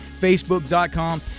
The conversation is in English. facebook.com